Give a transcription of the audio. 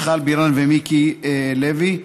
מיכל בירן ומיקי לוי.